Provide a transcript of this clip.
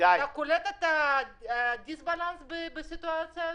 אתה קולט את חוסר האיזון בסיטואציה הזאת?